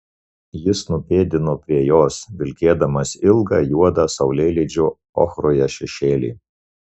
jis nupėdino prie jos vilkdamas ilgą juodą saulėlydžio ochroje šešėlį